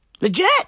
Legit